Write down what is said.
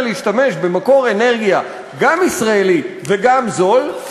להשתמש במקור אנרגיה גם ישראלי וגם זול,